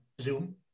Zoom